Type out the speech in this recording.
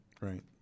Right